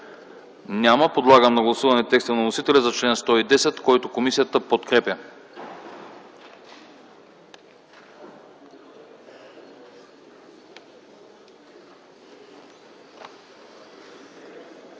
Няма. Подлагам на гласуване текста на вносителя за чл. 110, който комисията подкрепя.